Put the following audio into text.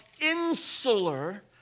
insular